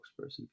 spokesperson